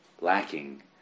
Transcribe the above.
lacking